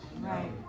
Right